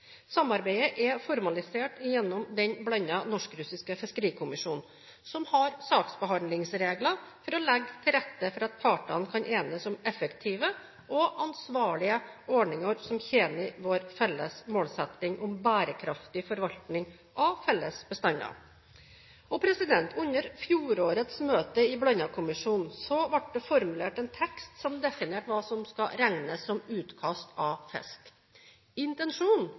Samarbeidet er formalisert gjennom Den blandede norsk-russiske fiskerikommisjonen, som har saksbehandlingsregler for å legge til rette for at partene kan enes om effektive og ansvarlige ordninger som tjener vår felles målsetting om bærekraftig forvaltning av felles bestander. Under fjorårets møte i Blandakommisjonen ble det formulert en tekst som definerte hva som skal regnes som utkast av fisk.